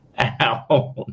out